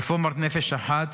רפורמת נפש אחת,